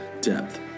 depth